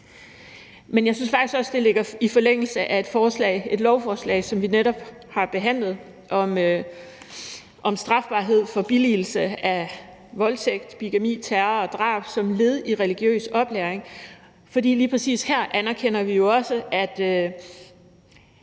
Men jeg synes faktisk også, at det ligger i forlængelse af et lovforslag, som vi netop har behandlet, om strafbarhed for billigelse af voldtægt, bigami, terror og drab som led i religiøs oplæring. For lige præcis her anerkender vi jo også, at